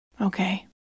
Okay